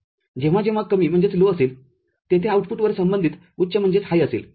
जेव्हा जेव्हा कमी असेल तेथे आउटपुटवर संबंधित उच्च असेल